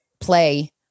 play